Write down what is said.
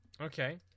Okay